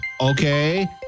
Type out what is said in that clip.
Okay